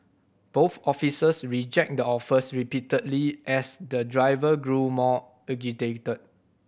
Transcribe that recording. both officers rejected the offers repeatedly as the driver grew more agitated